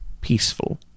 Peaceful